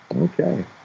Okay